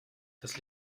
das